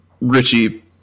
Richie